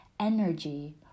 energy